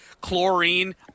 chlorine